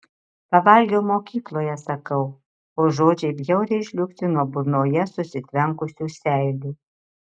pavalgiau mokykloje sakau o žodžiai bjauriai žliugsi nuo burnoje susitvenkusių seilių